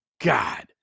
God